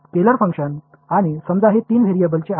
scalar function आणि समजा हे तीन व्हेरिएबल्सचे आहे